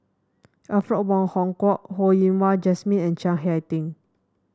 Alfred Wong Hong Kwok Ho Yen Wah Jesmine and Chiang Hai Ding